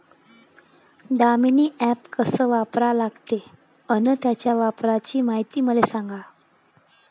Damini app कस वापरा लागते? अन त्याच्या वापराची मायती मले सांगा